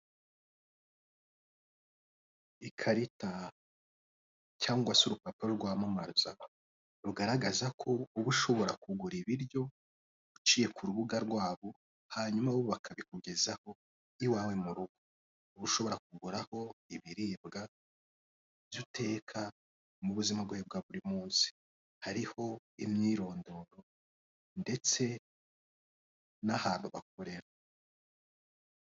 Ikarita cyangwa se urupapuro rwamamaza rugaragaza ko uba ushobora kugura ibiryo uciye ku rubuga rwabo hanyuma bo bakabikugeza iwawe mu rugo .Ushobora kuguraho ibiribwa by'uteka mu buzima bwawe bwa buri munsi ,hariho imyirondoro ndetse n'ahantu bakorera.